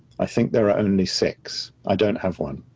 i think there are only six. i don't have one.